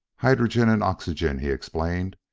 hydrogen and oxygen, he explained.